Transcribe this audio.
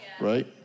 Right